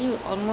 mm